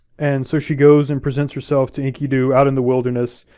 and so she goes and presents herself to enkidu out in the wilderness.